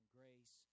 grace